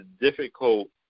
difficult